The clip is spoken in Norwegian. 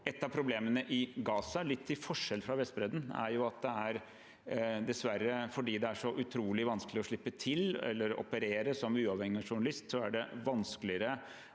Et av problemene i Gaza, til forskjell fra Vestbredden, er dessverre at fordi det er så utrolig vanskelig å slippe til eller operere som uavhengig journalist, er det vanskeligere